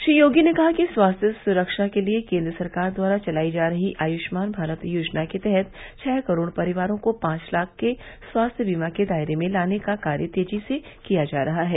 श्री योगी ने कहा कि स्वास्थ्य सुरक्षा के लिये केन्द्र सरकार द्वारा चलायी जा रही आयुष्मान भारत योजना के तहत छः करोड़ परिवारों को पांच लाख के स्वास्थ्य बीमा के दायरे में लाने का कार्य तेजी से किया जा रहा है